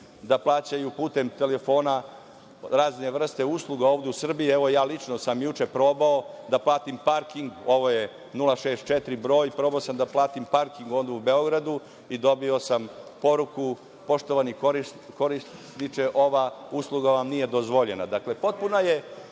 da plaćaju putem telefona razne vrste usluga ovde u Srbiji. Ja lično sam juče probao da platim parking na ovaj 064 broj. Probao sam da platim parking ovde u Beogradu i dobio sam poruku – poštovani korisniče ova usluga vam nije dozvoljena. Potpuna